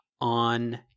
on